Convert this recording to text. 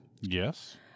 Yes